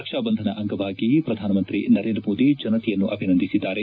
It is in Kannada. ರಕ್ಷಾ ಬಂಧನ ಅಂಗವಾಗಿ ಪ್ರಧಾನಮಂತ್ರಿ ನರೇಂದ್ರ ಮೋದಿ ಜನತೆಯನ್ನು ಅಭಿನಂದಿಸಿದ್ದಾರೆ